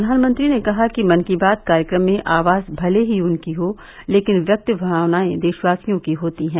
प्रधानमंत्री ने कहा कि मन की बात कार्यक्रम में आवाज भले ही उनकी हो लेकिन व्यक्त भावनायें देशवासियों की होती हैं